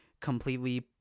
completely